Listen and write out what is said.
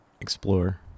explore